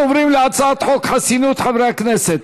אנחנו עוברים להצעת חוק חסינות חברי הכנסת,